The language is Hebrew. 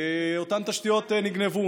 אותן תשתיות נגנבו,